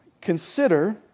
consider